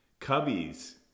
Cubbies